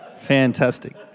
Fantastic